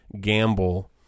gamble